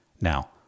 Now